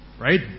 Right